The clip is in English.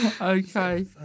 Okay